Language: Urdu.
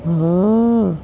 ہاں